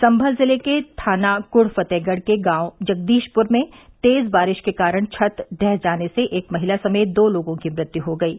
संभल जिले के थाना कुढ़ फतेहगढ़ के गांव जगदीशपुर में तेज बारिश के कारण छत ढह जाने से एक महिला समेत दो लोगों की मृत्यु हो गयी